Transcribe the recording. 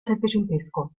settecentesco